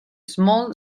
small